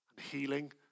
healing